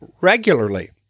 regularly